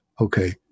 okay